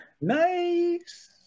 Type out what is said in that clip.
Nice